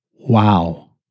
Wow